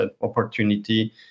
opportunity